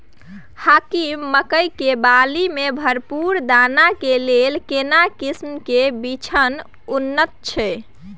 हाकीम मकई के बाली में भरपूर दाना के लेल केना किस्म के बिछन उन्नत छैय?